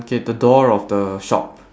K the door of the shop